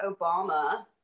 Obama